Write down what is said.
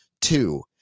Two